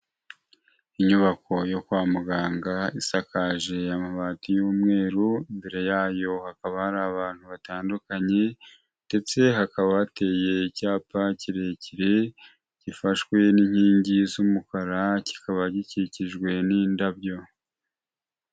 Inyubako yo kwa muganga isakaje amabati y'umweru, imbere yayo hakaba hari abantu batandukanye ndetse hakaba hateye icyapa kirekire gifashwe n'inkingi z'umukara, kikaba gikikijwe n'indabyo.